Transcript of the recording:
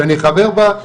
שאני חבר בה,